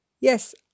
Yes